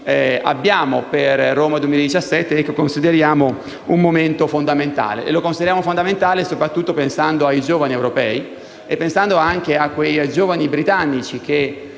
abbiamo per Roma 2017, che consideriamo un momento fondamentale. Lo consideriamo fondamentale soprattutto pensando ai giovani europei e anche ai giovani britannici